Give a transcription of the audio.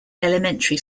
elementary